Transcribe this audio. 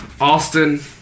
Austin